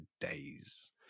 days